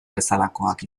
bezalakoak